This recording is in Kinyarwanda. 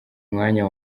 mwanya